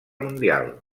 mundial